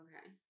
Okay